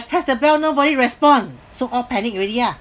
I press the bell nobody respond so all panic already ah